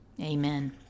Amen